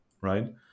right